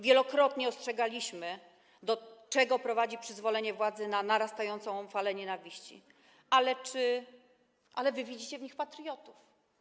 Wielokrotnie ostrzegaliśmy, do czego prowadzi przyzwolenie władzy na narastającą falę nienawiści, ale wy widzicie w nich patriotów.